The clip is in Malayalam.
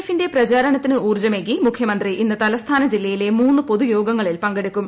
എഫിന്റെ പ്രചാരണത്തിന് ഊർജ്ജമേകി മുഖ്യമന്ത്രി ഇന്ന് തലസ്ഥാന ജില്ലയിലെ മൂന്ന് പൊതുയോഗങ്ങളിൽ പങ്കെടുക്കും